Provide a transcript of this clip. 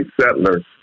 settlers